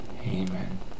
Amen